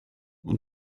und